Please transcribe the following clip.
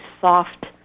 soft